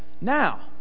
Now